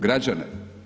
Građane?